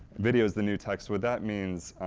video is the new text, what that means,